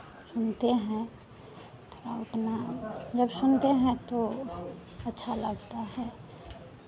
सुनते हैं और अपना जब सुनते हैं तो अच्छा लगता है